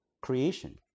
creation